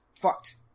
fucked